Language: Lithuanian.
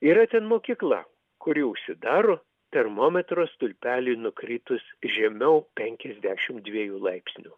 yra ten mokykla kuri užsidaro termometro stulpeliui nukritus žemiau penkiasdešimt dviejų laipsnių